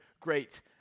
great